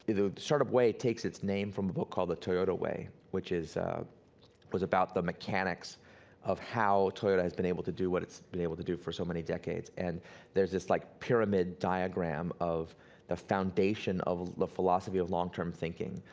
the the startup way takes its name from the book called the toyota way, which was about the mechanics of how toyota has been able to do what it's been able to do for so many decades, and there's this like pyramid diagram of the foundation of the philosophy of long term thinking,